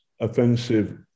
offensive